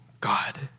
God